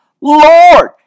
Lord